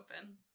open